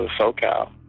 SoCal